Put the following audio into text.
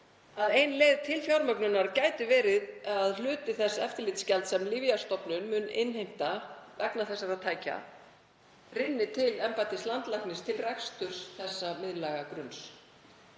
að ein leið til fjármögnunar gæti verið að hluti þess eftirlitsgjalds sem Lyfjastofnun mun innheimta vegna þessara tækja, rynni til embættis landlæknis til reksturs þessa miðlæga grunns.